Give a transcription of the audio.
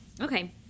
Okay